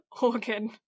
organ